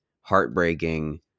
heartbreaking